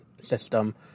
system